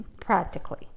practically